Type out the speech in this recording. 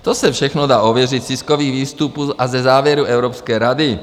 To se všechno dá ověřit z tiskových výstupů a ze závěrů Evropské rady.